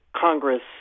Congress